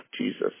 Jesus